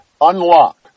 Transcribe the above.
unlock